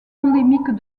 endémique